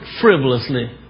frivolously